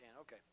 Okay